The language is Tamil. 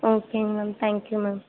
ஓகேங்க மேம் தேங்க் யூ மேம்